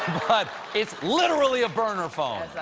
but it's literally a burner phone.